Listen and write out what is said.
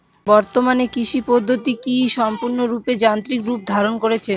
বর্তমানে কৃষি পদ্ধতি কি সম্পূর্ণরূপে যান্ত্রিক রূপ ধারণ করেছে?